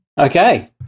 Okay